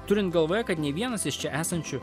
turint galvoje kad nei vienas iš čia esančių